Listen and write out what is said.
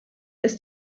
ist